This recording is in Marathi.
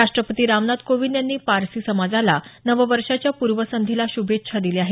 राष्ट्रपती रामनाथ कोविंद यांनी पारसी समाजाला नववर्षाच्या पूर्वसंध्येला शुभेच्छा दिल्या आहेत